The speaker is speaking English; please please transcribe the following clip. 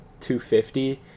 250